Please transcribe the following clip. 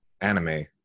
anime